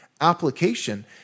application